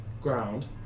ground